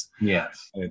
yes